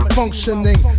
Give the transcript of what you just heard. functioning